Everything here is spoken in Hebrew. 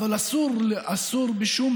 אדוני